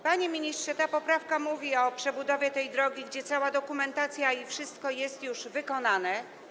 Panie ministrze, ta poprawka mówi o przebudowie tej drogi, gdzie cała dokumentacja i wszystko są już wykonane.